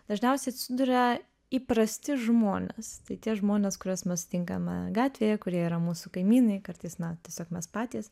dažniausiai atsiduria įprasti žmonės tai tie žmonės kuriuos mes sutinkame gatvėje kurie yra mūsų kaimynai kartais na tiesiog mes patys